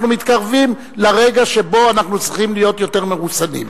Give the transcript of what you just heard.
אנחנו מתקרבים לרגע שבו אנחנו צריכים להיות יותר מרוסנים.